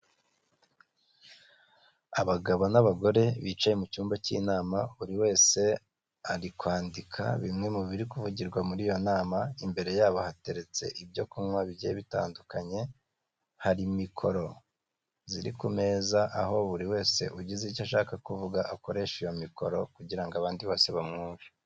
Abagabo n'abagore bicaye mu cyumba cy'inama, buri wese ari kwandika bimwe mu biri kuvugirwa muri iyo nama, imbere yabo hateretse ibyo kunywa bigiye bitandukanye, hari mikoro ziri ku meza aho buri wese ugize icyo ashaka kuvuga akoresha iyo mikoro kugira abandi bose bamwumve.